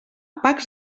pacs